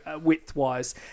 width-wise